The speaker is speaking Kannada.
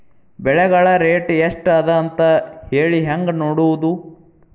ಬೆಳೆಗಳ ರೇಟ್ ಎಷ್ಟ ಅದ ಅಂತ ಹೇಳಿ ಹೆಂಗ್ ನೋಡುವುದು?